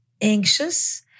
anxious